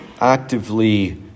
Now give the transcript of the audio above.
Actively